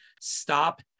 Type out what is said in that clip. stop